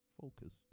Focus